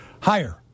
Higher